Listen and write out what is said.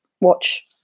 watch